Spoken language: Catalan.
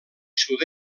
sud